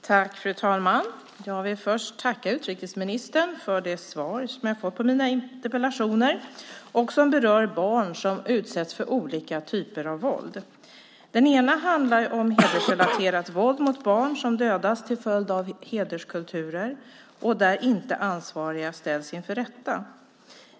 Fru talman! Jag vill först tacka utrikesministern för det svar som jag har fått på mina interpellationer som berör barn som utsätts för olika typer av våld. Den ena handlar om hedersrelaterat våld mot barn som dödas till följd av hederskulturer och där inte ansvariga ställs inför rätta.